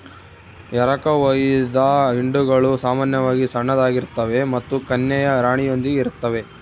ಎರಕಹೊಯ್ದ ಹಿಂಡುಗಳು ಸಾಮಾನ್ಯವಾಗಿ ಸಣ್ಣದಾಗಿರ್ತವೆ ಮತ್ತು ಕನ್ಯೆಯ ರಾಣಿಯೊಂದಿಗೆ ಇರುತ್ತವೆ